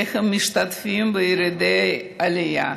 איך הם משתתפים בירידי עלייה,